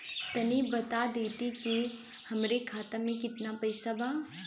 तनि बता देती की हमरे खाता में कितना पैसा बा?